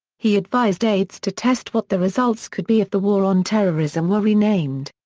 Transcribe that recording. he advised aides to test what the results could be if the war on terrorism were renamed.